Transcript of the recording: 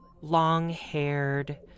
long-haired